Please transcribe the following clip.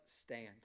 stand